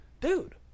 dude